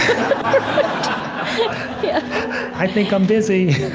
i think i'm busy.